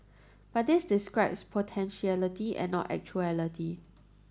but this describes potentiality and not actuality